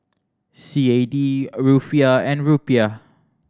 C A D Rufiyaa and Rupiah